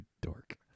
dork